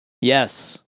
yes